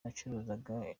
nacuruzaga